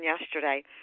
yesterday